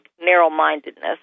narrow-mindedness